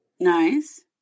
Nice